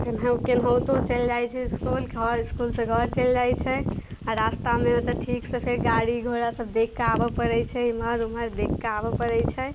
कोना केनाहितो चलि जाइ छै इसकुल घर इसकुलसँ घर चलि जाइ छै आओर रास्तामे ओतहु ठीकसँ फेर गाड़ी घोड़ासब देखिकऽ आबऽ पड़ै छै एम्हर ओम्हर देखिकऽ आबऽ पड़ै छै